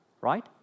right